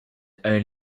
only